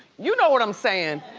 you know what i'm sayin',